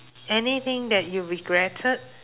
anything that you regretted